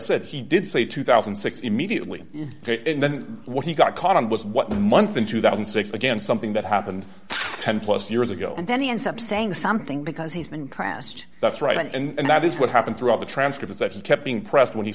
said he did say two thousand and six immediately and then what he got caught on was what month in two thousand and six they get something that happened ten plus years ago and then he ends up saying something because he's been crossed that's right and that is what happened throughout the transcripts actually kept being pressed when he